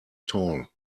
tall